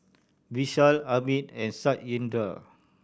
Vishal Amit and Satyendra